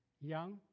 young